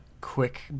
quick